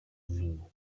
vinho